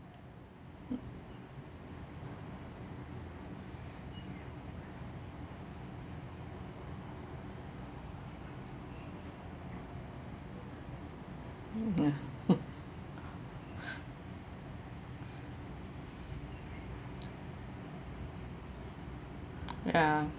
ya ya